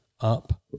up